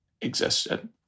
existed